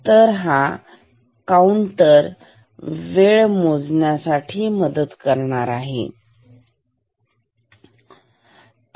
तर हा काऊंटर वेळे मोजण्यात मला मदत करू शकेल ठीक आहे